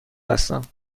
هستم